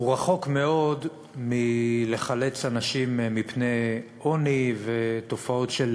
רחוק מאוד מלחלץ אנשים מעוני ומתופעות של